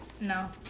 No